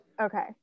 Okay